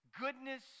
goodness